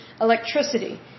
electricity